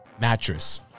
mattress